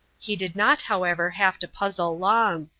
he did not, however, have to puzzle long.